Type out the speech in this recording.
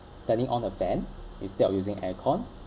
turning on a fan instead of using air con